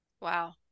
wow